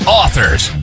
authors